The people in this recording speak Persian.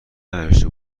ننوشته